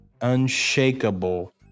Unshakable